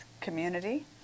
community